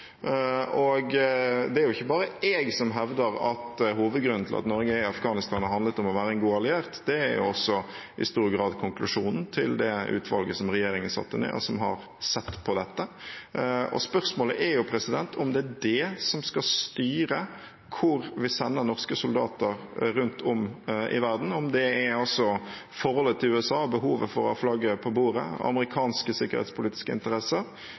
Det er jo ikke bare jeg som hevder at hovedgrunnen til at Norge er i Afghanistan, har handlet om å være en god alliert. Det er også i stor grad konklusjonen til det utvalget som regjeringen satte ned, og som har sett på dette. Spørsmålet er om det er det som skal styre hvor vi sender norske soldater rundt om i verden – om det er forholdet til USA, behovet for å ha flagget på bordet, amerikanske sikkerhetspolitiske interesser.